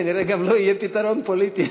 כנראה גם לא יהיה פתרון פוליטי.